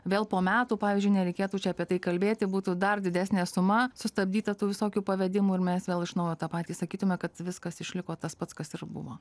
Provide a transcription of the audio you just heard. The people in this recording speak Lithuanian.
vėl po metų pavyzdžiui nereikėtų čia apie tai kalbėti būtų dar didesnė suma sustabdyta tų visokių pavedimų ir mes vėl iš naujo tą patį sakytume kad viskas išliko tas pats kas ir buvo